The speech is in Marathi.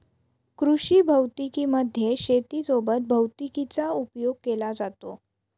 कृषी भौतिकी मध्ये शेती सोबत भैतिकीचा उपयोग केला जातो